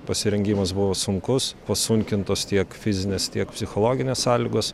pasirengimas buvo sunkus pasunkintos tiek fizinės tiek psichologinės sąlygos